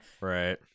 Right